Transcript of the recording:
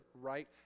right